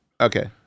Okay